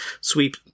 sweep